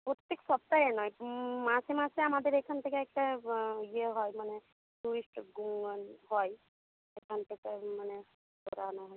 প্রত্যেক সপ্তাহে নয় মাসে মাসে আমাদের এখান থেকে একটা ইয়ে হয় মানে ট্যুরিস্ট মানে হয় এখান থেকে মানে করানো হয়